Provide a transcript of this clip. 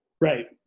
Right